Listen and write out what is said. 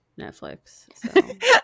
Netflix